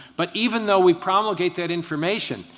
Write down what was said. but even though we promulgate that information,